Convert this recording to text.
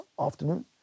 afternoon